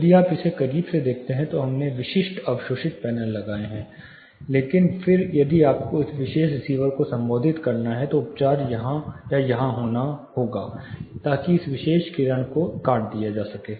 यदि आप एक करीब से देखते हैं तो हमने विशिष्ट अवशोषित पैनल लगाए हैं लेकिन फिर यदि आपको इस विशेष रिसीवर को संबोधित करना है तो उपचार यहां या यहां होना है ताकि इस विशेष किरण को काट दिया जा सके